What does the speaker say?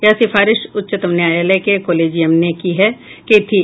यह सिफारिश उच्चतम न्यायालय के कोलेजियम ने की थी